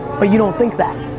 but you don't think that.